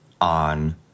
on